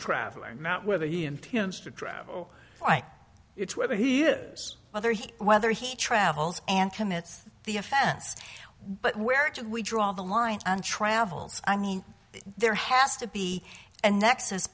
traveling not whether he intends to travel it's whether he lives whether he whether he travels and commits the offense but where do we draw the line on travels i mean there has to be a nexus